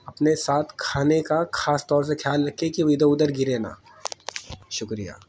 اپنے ساتھ کھانے کا خاص طور سے خیال رکھے کہ وہ ادھر ادھر گرے نہ شکریہ